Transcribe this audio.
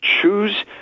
choose